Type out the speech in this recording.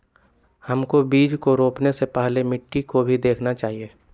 हमको बीज को रोपने से पहले मिट्टी को भी देखना चाहिए?